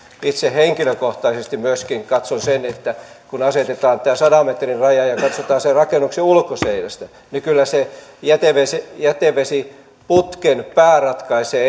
itse henkilökohtaisesti katson kun asetetaan tämä sadan metrin raja ja ja se katsotaan rakennuksen ulkoseinästä että kyllä se jätevesiputken pää ennemminkin ratkaisee